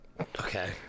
Okay